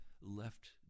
left